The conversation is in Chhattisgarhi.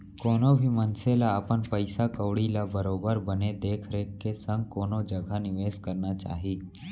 कोनो भी मनसे ल अपन पइसा कउड़ी ल बरोबर बने देख रेख के संग कोनो जघा निवेस करना चाही